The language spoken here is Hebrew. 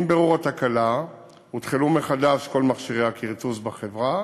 עם בירור התקלה אותחלו מחדש כל מכשירי הכרטוס בחברה